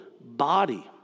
body